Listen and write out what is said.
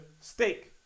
steak